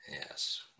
Yes